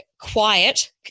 quiet